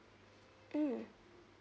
mm